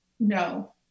no